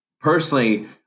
personally